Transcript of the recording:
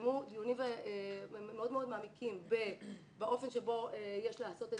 התקיימו דיונים מאוד מעמיקים באופן שבו יש לעשות את